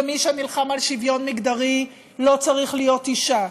ומי שנלחם על שוויון מגדרי לא צריך להיות אישה,